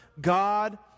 God